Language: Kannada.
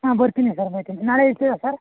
ಹಾಂ ಬರ್ತೀನಿ ಸರ್ ಬರ್ತೀನಿ ನಾಳೆ ಇರ್ತೀರಾ ಸರ್